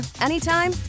anytime